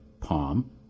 palm